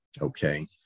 okay